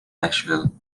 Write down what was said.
nashville